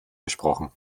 gesprochen